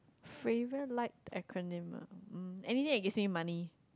favourite liked acronym ah um anything that gives me money